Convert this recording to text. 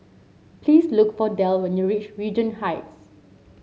please look for Del when you reach Regent Heights